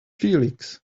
felix